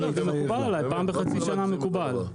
פעם בחצי שנה מקובל.